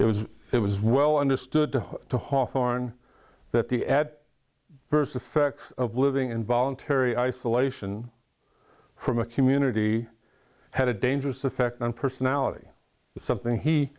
it was it was well understood to hawthorne that the at first affects of living in voluntary isolation from a community had a dangerous effect on personality something he